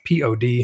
pod